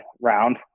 round